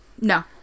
no